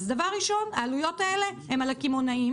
אז דבר ראשון העלויות האלה הן על הקמעונאים